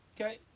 Okay